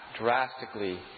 drastically